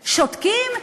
שותקים?